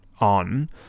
on